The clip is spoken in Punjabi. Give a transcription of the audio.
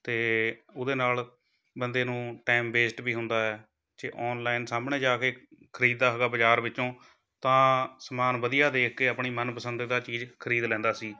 ਅਤੇ ਉਹਦੇ ਨਾਲ਼ ਬੰਦੇ ਨੂੰ ਟਾਇਮ ਵੇਸਟ ਵੀ ਹੁੰਦਾ ਹੈ ਜੇ ਔਨਲਾਈਨ ਸਾਹਮਣੇ ਜਾ ਕੇ ਖ਼ਰੀਦਦਾ ਹੈਗਾ ਬਾਜ਼ਾਰ ਵਿੱਚੋਂ ਤਾਂ ਸਮਾਨ ਵਧੀਆ ਦੇਖ ਕੇ ਆਪਣੀ ਮਨਪਸੰਦ ਦਾ ਚੀਜ਼ ਖ਼ਰੀਦ ਲੈਂਦਾ ਸੀ